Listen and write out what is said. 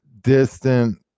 distant